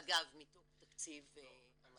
אגב, מתוך תקציב המטה.